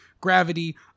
gravity